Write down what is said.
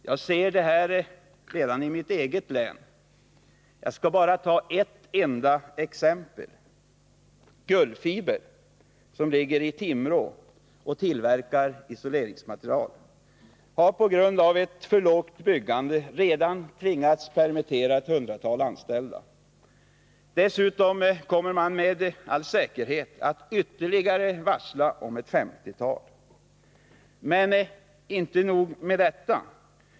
Jag ser det i mitt eget län — jag skall ta ett enda exempel. Gullfiber i Timrå, som tillverkar isoleringsmaterial, har på grund av ett för lågt byggande redan tvingats permittera ett hundratal anställda. Dessutom kommer företaget med all säkerhet att varsla ytterligare ett femtiotal. Men inte nog med detta.